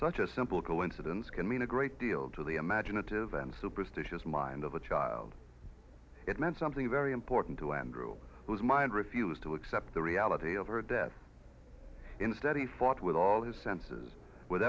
such a simple coincidence can mean a great deal to the imaginative and superstitious mind of a child it meant something very important to andrew whose mind refused to accept the reality of her death instead he fought with all his senses with